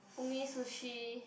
Umi-Sushi